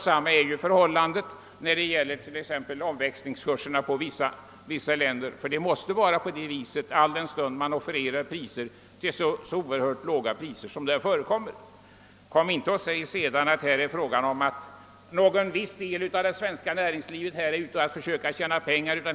Samma är förhållandet när det gäller växlingskurserna i vissa länder, som kan offerera varor till oerhört låga priser. Kom inte sedan och säg att någon viss del av det svenska näringslivet bara är ute efter att tjäna pengar!